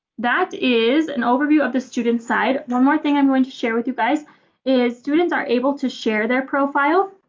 that is an overview of the student side. one more thing i'm going to share with you guys is students are able to share their profile.